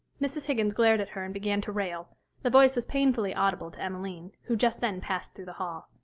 mrs. higgins glared at her and began to rail the voice was painfully audible to emmeline, who just then passed through the hall.